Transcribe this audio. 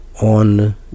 on